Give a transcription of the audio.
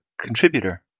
contributor